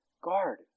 Guard